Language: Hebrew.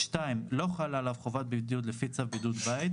(2)לא חלה עליו חובת בידוד לפי צו בידוד בית,